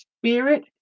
spirit